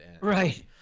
Right